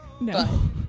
No